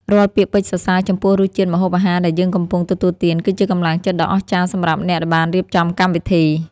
រាល់ពាក្យពេចន៍សរសើរចំពោះរសជាតិម្ហូបអាហារដែលយើងកំពុងទទួលទាន គឺជាកម្លាំងចិត្តដ៏អស្ចារ្យសម្រាប់អ្នកដែលបានរៀបចំកម្មវិធី។